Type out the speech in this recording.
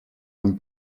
han